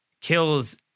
Kills